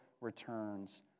returns